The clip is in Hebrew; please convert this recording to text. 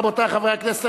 רבותי חברי הכנסת,